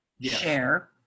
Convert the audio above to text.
share